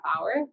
hour